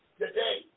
today